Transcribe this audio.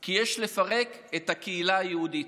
כי יש לפרק את הקהילה היהודית,